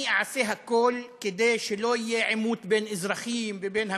אני אעשה הכול כדי שלא יהיה עימות בין אזרחים לבין המדינה.